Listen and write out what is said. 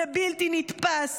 זה בלתי נתפס.